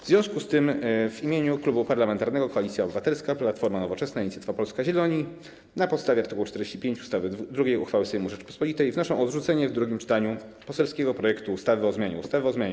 W związku z tym w imieniu Klubu Parlamentarnego Koalicja Obywatelska - Platforma Obywatelska, Nowoczesna, Inicjatywa Polska, Zieloni na podstawie art. 45 ust. 2 uchwały Sejmu Rzeczypospolitej wnoszę o odrzucenie w drugim czytaniu poselskiego projektu ustawy o zmianie ustawy o zmianie